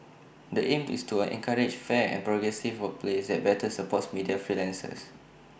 the aim is to encourage fair and progressive workplaces that better supports media freelancers